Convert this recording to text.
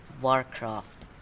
Warcraft